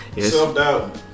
self-doubt